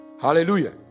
Hallelujah